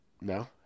No